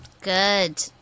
Good